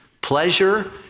pleasure